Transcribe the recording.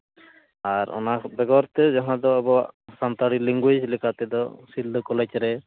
ᱟᱨ ᱚᱱᱟ ᱵᱮᱜᱚᱨᱛᱮ ᱡᱟᱦᱟᱸ ᱫᱚ ᱟᱵᱚᱣᱟᱜ ᱥᱟᱱᱛᱟᱲᱤ ᱞᱮᱝᱜᱩᱭᱮᱡᱽ ᱞᱮᱠᱟᱛᱮᱫᱚ ᱥᱤᱞᱫᱟᱹ ᱠᱚᱞᱮᱡᱽ ᱨᱮ